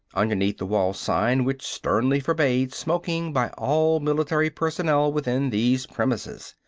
underneath the wall-sign which sternly forbade smoking by all military personnel within these premises.